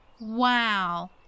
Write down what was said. Wow